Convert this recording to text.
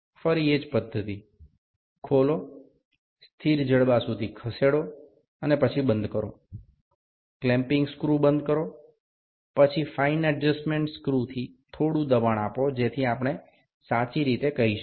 আবার একই পদ্ধতি খোলার পরে এটি স্থির বাহুতে নিয়ে আসা তারপরে বন্ধ করার বন্ধনী গুলি আঁটকে দেওয়া তারপরে সূক্ষ্ম নিয়ন্ত্রণকারী স্ক্রুগুলোর সাহায্যে খুব সামান্য চাপ প্রয়োগ করা যাতে আমরা এটি সঠিকভাবে পরিমাপ করতে পারি